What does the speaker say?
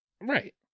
Right